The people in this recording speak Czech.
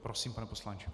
Prosím, pane poslanče.